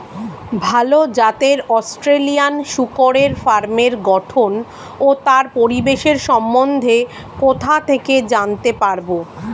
ভাল জাতের অস্ট্রেলিয়ান শূকরের ফার্মের গঠন ও তার পরিবেশের সম্বন্ধে কোথা থেকে জানতে পারবো?